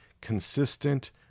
consistent